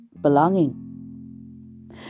belonging